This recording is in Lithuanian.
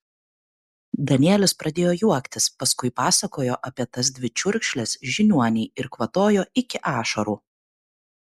danielis pradėjo juoktis paskui pasakojo apie tas dvi čiurkšles žiniuonei ir kvatojo iki ašarų